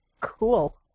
Cool